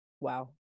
wow